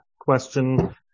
question